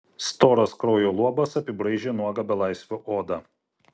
storas kraujo luobas apibraižė nuogą belaisvio odą